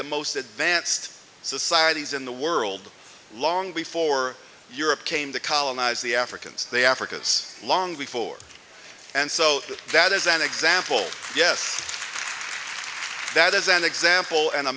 the most advanced societies in the world long before europe came to colonize the africans they africa's long before and so that is an example yes that is an example and